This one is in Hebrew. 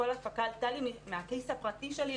כל הפקה עלתה לי מהכיס הפרטי שלי,